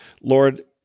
Lord